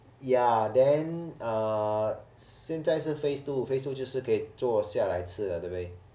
ya then uh 现在是 phase two phase two 就是可以坐下来吃的对不对